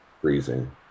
freezing